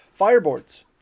fireboards